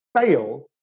fail